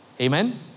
Amen